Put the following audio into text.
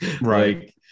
Right